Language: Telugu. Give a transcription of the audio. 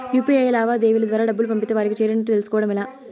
యు.పి.ఐ లావాదేవీల ద్వారా డబ్బులు పంపితే వారికి చేరినట్టు తెలుస్కోవడం ఎలా?